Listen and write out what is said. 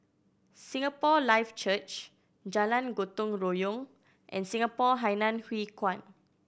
Singapore Life Church Jalan Gotong Royong and Singapore Hainan Hwee Kuan